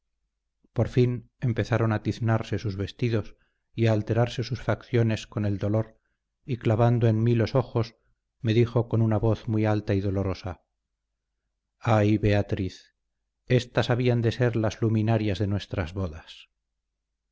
por fin empezaron a tiznarse sus vestidos y a alterarse sus facciones con el dolor y clavando en mí los ojos me dijo con una voz muy alta y dolorosa ay beatriz estas habían de ser las luminarias de nuestras bodas